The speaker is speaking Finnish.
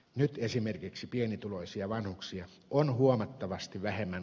nyt esimerkiksi pienituloisia vanhuksia on huomattavasti vähemmän